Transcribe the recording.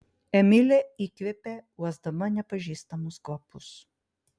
emilė įkvėpė uosdama nepažįstamus kvapus